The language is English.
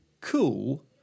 cool